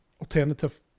alternative